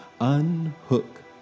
unhook